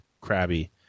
crabby